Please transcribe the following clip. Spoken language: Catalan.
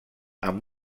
amb